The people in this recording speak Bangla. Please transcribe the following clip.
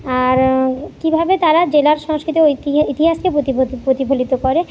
আর কীভাবে তারা জেলার সংস্কৃতি ও ঐতি ইতি ইতিহাসকে প্রতি প্রতি প্রতিফলিত করে